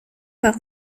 par